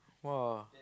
!wah!